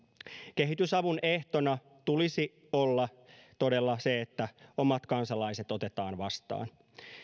kehitysavun ehtona tulisi olla todella se että omat kansalaiset otetaan vastaan